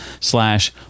slash